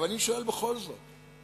אבל אני שואל בכל זאת,